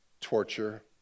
torture